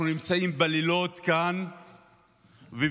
אנחנו נמצאים בלילות כאן ובשעות-לא-שעות,